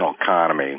economy